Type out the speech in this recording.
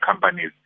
companies